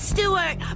Stewart